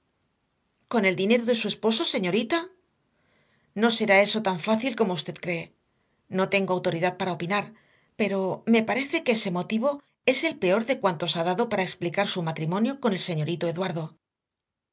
con el dinero de su esposo señorita no será eso tan fácil como usted cree no tengo autoridad para opinar pero me parece que ese motivo es el peor de cuantos ha dado para explicar su matrimonio con el señorito eduardo